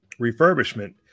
refurbishment